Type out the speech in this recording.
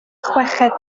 chweched